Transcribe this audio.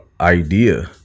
idea